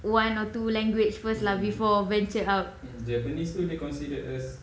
one or two language first lah before ventured out